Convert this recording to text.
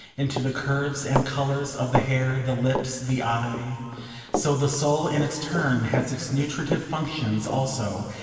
into the curves and colours of the hair, the lips, the eye so the soul in its turn has its nutritive functions also,